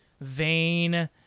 vain